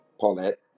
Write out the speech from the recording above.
Paulette